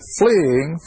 fleeing